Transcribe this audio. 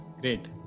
Great